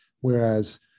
Whereas